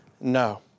no